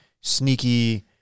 sneaky